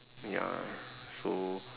ya so